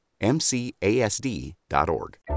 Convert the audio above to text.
MCASD.org